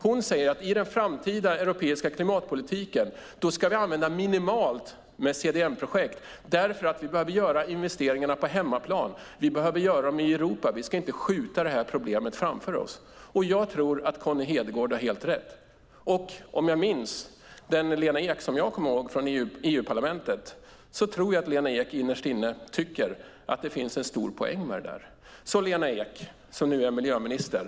Hon säger att vi i den framtida europeiska klimatpolitiken ska använda minimalt med CDM-projekt därför att vi behöver göra investeringarna på hemmaplan. Vi behöver göra dem i Europa. Vi ska inte skjuta problemet framför oss. Jag tror att Connie Hedegaard har helt rätt. Om jag minns den Lena Ek som jag kommer ihåg från EU-parlamentet rätt tror jag att Lena Ek innerst inne tycker att det finns en stor poäng med detta. Lena Ek, som nu är miljöminister!